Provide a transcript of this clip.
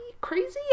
crazy